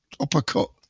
uppercut